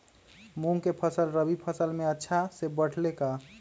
मूंग के फसल रबी मौसम में अच्छा से बढ़ ले का?